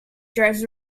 drives